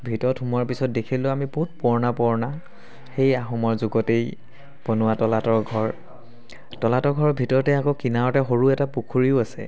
ভিতৰত সোমোৱাৰ পিছত দেখিলোঁ আমি বহুত পুৰণা পুৰণা সেই আহোমৰ যুগতেই বনোৱা তলাতল ঘৰ তলাতল ঘৰৰ ভিতৰতে আকৌ কিনাৰতে সৰু এটা পুখুৰীও আছে